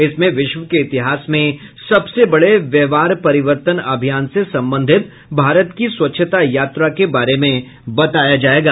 इसमें विश्व के इतिहास में सबसे बड़े व्यवहार परिवर्तन अभियान से संबंधित भारत की स्वच्छता यात्रा के बारे में बताया जाएगा